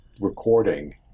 recording